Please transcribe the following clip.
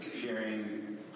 sharing